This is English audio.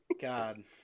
God